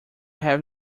have